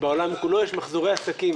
ובעולם כולו יש מחזורי עסקים.